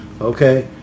Okay